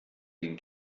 den